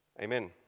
Amen